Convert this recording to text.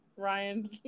Ryan